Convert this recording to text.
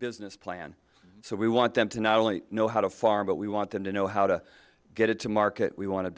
business plan so we want them to not only know how to farm but we want them to know how to get it to market we want to